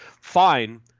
fine